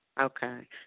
Okay